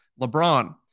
lebron